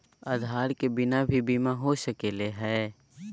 आधार के बिना भी बीमा हो सकले है?